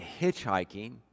hitchhiking